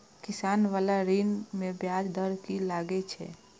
किसान बाला ऋण में ब्याज दर कि लागै छै?